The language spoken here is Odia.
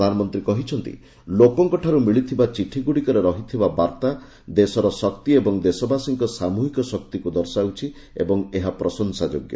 ପ୍ରଧାନମନ୍ତ୍ରୀ କହିଛନ୍ତି ଲୋକଙ୍କଠାରୁ ମିଳିଥିବା ଚିଠି ଗୁଡ଼ିକରେ ରହିଥିବା ବାର୍ତ୍ତା ଦେଶର ଶକ୍ତି ଏବଂ ଦେଶବାସୀଙ୍କ ସାମୁହିକ ଶକ୍ତିକୁ ଦର୍ଶାଉଛି ଏବଂ ଏହା ପ୍ରଶଂସାଯୋଗ୍ୟ